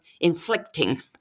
inflicting